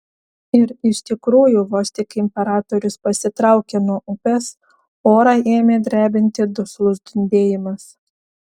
ir iš tikrųjų vos tik imperatorius pasitraukė nuo upės orą ėmė drebinti duslus dundėjimas